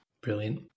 Brilliant